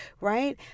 right